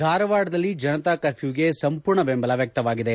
ಧಾರವಾಡದಲ್ಲಿ ಜನತಾ ಕರ್ಫ್ಯೂಗೆ ಸಂಪೂರ್ಣ ಬೆಂಬಲ ವ್ಯಕ್ತವಾಗಿದೆ